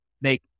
make